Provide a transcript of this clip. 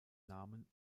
namen